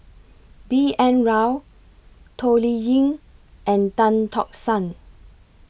B N Rao Toh Liying and Tan Tock San